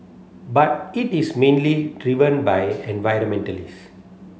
but it is mainly driven by environmentalist